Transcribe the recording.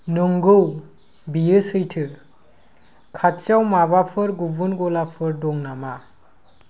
नंगौ बेयो सैथो खाथियाव माबाफोर गुबुन गलाफोर दं नामा